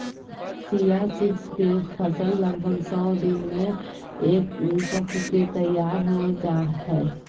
chia seeds के फसल लगभग सो दिन में पक के तैयार हो जाय हइ